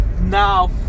now